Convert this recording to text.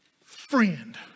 friend